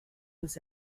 was